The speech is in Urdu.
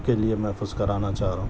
کے لئے محفوظ کرانا چاہ رہا ہوں